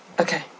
okay